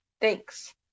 thanks